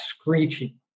screeching